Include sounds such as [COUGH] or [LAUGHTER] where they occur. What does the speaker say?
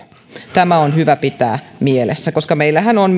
tämä on hyvä pitää mielessä meillähän on [UNINTELLIGIBLE]